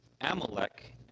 Amalek